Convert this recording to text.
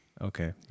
Okay